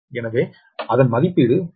எனவே அதன் மதிப்பீடு 13